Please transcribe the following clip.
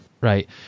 Right